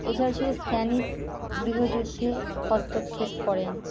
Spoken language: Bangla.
এছাড়া ছিল স্প্যানিশ গৃহযুদ্ধে হস্তক্ষেপ করেন